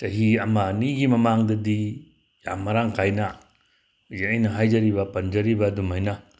ꯆꯍꯤ ꯑꯃ ꯑꯅꯤꯒꯤ ꯃꯃꯥꯡꯗꯗꯤ ꯌꯥꯝ ꯃꯔꯥꯡ ꯀꯥꯏꯅ ꯍꯧꯖꯤꯛ ꯑꯩꯅ ꯍꯥꯏꯖꯔꯤꯕ ꯄꯟꯖꯔꯤꯕ ꯑꯗꯨꯃꯥꯏꯅ